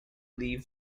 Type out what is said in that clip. leaf